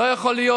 זה לא יכול להיות.